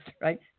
right